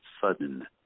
sudden